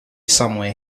somewhere